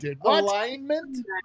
alignment